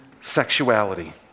sexuality